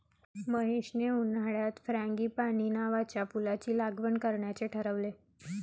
महेशने उन्हाळ्यात फ्रँगीपानी नावाच्या फुलाची लागवड करण्याचे ठरवले